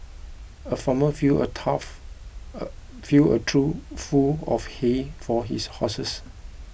the farmer filled a tough a full a true full of hay for his horses